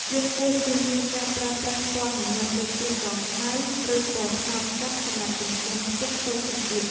យើងគួរចៀសវាងការប្រើប្រាស់ពណ៌ងងឹតដូចជាពណ៌ខ្មៅឬពណ៌ត្នោតចាស់សម្រាប់ជញ្ជាំងផ្ទះតូចចង្អៀត។